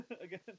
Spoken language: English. again